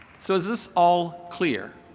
so is this all clear?